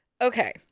Okay